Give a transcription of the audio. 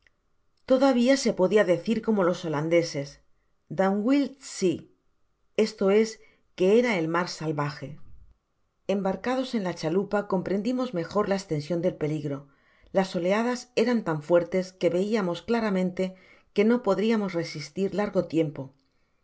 todavia se pedia decir como los holondeses den wild zee esto es quejerajel mar salvaje content from google book search generated at embarcados en la chalupa comprendimos mejor la estension del peligro las oleadas eran tan fuertes que veiamos claramente que no podriamos resistir largo tiempo por